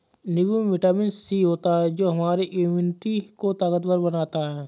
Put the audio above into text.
नींबू में vitamin C होता है जो हमारे इम्यूनिटी को ताकतवर बनाता है